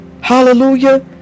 hallelujah